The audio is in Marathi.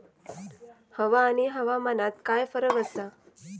हवा आणि हवामानात काय फरक असा?